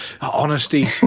honesty